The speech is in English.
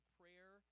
prayer